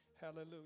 Hallelujah